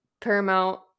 Paramount